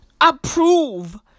approve